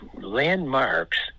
landmarks